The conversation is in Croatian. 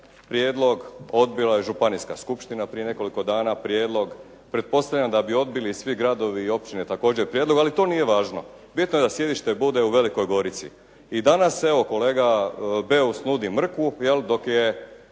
prijedlog, odbila je županijska skupština prije nekoliko dana prijedlog. Pretpostavljam da bi odbili i svi gradovi i općine također prijedlog, ali to nije važno. Bitno je da sjedište bude u Velikoj Gorici. I danas, evo kolega Beus nudi mrkvu, je li, dok je